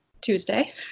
Tuesday